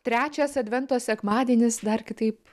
trečias advento sekmadienis dar kitaip